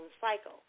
cycle